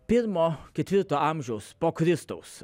pirmo ketvirto amžiaus po kristaus